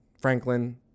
Franklin